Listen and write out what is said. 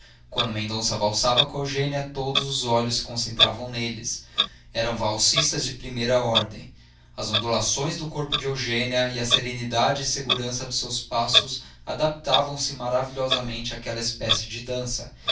quando mendonça valsava com eugênia todos os olhos se concentravam neles eram valsistas de primeira ordem as ondulações do corpo de eugênia e a serenidade e segurança de seus passos adaptavam se maravilhosamente àquela espécie de dança